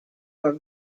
were